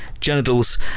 genitals